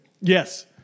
Yes